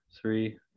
three